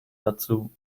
dazu